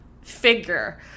figure